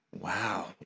Wow